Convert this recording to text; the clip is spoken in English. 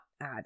add